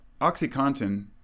OxyContin